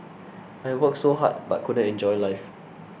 I worked so hard but couldn't enjoy life